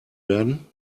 werden